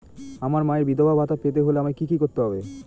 আমার মায়ের বিধবা ভাতা পেতে হলে আমায় কি কি করতে হবে?